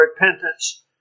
repentance